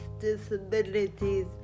disabilities